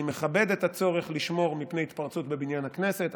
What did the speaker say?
אני מכבד את הצורך לשמור מפני התפרצות בבניין הכנסת.